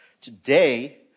Today